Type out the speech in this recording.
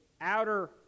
outer